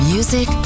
Music